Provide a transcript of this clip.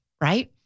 right